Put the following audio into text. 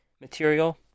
material